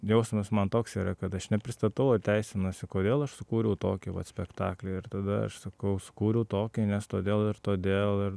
jausmas man toks yra kad aš nepristatau o teisinuosi kodėl aš sukūriau tokį vat spektaklį ir tada aš sakau sukūriau tokį nes todėl ir todėl ir